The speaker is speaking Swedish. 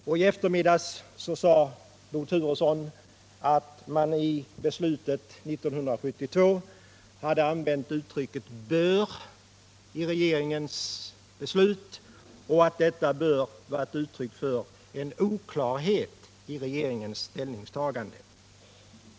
I eftermiddags sade Bo Turesson att regeringen i sitt beslut 1972 hade använt ordet bör och att det var en oklarhet i regeringens ställ — Nr 53 ningstagande.